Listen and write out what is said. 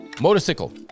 Motorcycle